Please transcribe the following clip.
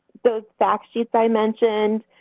those facts sheets i mentioned.